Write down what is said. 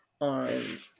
on